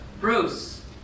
bruce